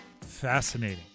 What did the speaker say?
fascinating